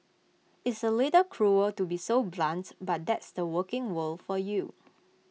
it's A little cruel to be so blunt but that's the working world for you